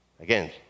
Again